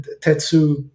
Tetsu